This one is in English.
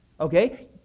Okay